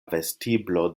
vestiblo